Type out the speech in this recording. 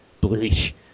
Bleach